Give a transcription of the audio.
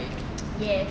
yes